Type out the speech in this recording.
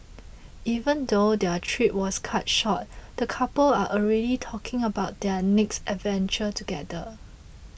even though their trip was cut short the couple are already talking about their next adventure together